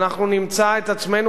ואנחנו נמצא את עצמנו,